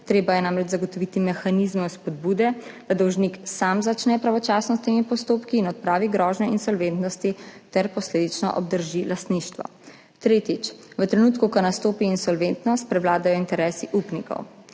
Treba je namreč zagotoviti mehanizme spodbude, da dolžnik sam začne pravočasno s temi postopki in odpravi grožnje insolventnosti ter posledično obdrži lastništvo. Tretjič, v trenutku, ko nastopi insolventnost, prevladajo interesi upnikov,